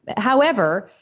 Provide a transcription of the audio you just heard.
but however,